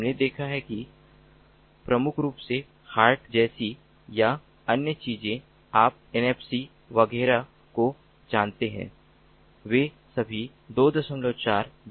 हमने देखा है कि मुख्य रूप से HART जैसी या अन्य चीजें आप NFC वगैरह को जानते हैं वे सभी 24 GHz बैंड में काम करती हैं